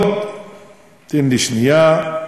שנייה,